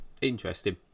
interesting